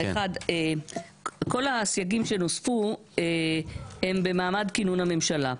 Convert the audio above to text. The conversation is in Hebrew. אחת, כל הסייגים שנוספו הם במעמד כינון הממשלה.